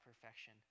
perfection